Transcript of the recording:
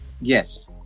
Yes